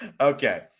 okay